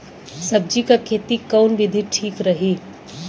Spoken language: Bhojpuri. सब्जी क खेती कऊन विधि ठीक रही?